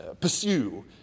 pursue